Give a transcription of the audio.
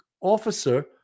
officer